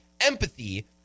empathy